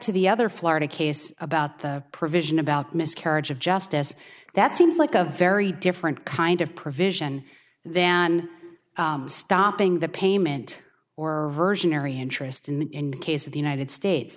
to the other florida case about the provision about miscarriage of justice that seems like a very different kind of provision than stopping the payment or version ery interest in the case of the united states